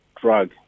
drug